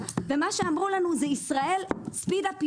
ומה שאמרו לנו: ישראל ספיד אפ יורופ.